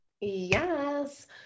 Yes